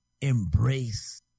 embrace